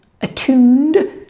attuned